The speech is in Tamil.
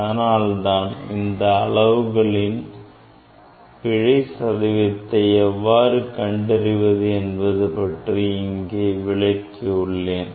அதனால்தான் இந்த அளவுகளின் பிழை சதவீதத்தை எவ்வாறு கண்டறிவது என்பது பற்றி இங்கே விளக்கியுள்ளேன்